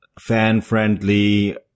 fan-friendly